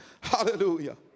Hallelujah